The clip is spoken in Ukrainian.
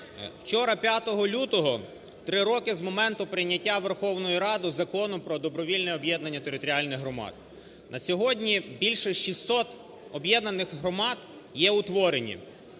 Вчора, 5 лютого, 3 роки з моменту прийняття Верховною Радою Закону про добровільне об'єднання територіальних громад. На сьогодні більше 600 об'єднаних громад є утворені.